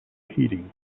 heating